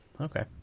Okay